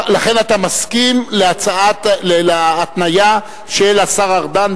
לכן אתה מסכים להתניה של השר ארדן,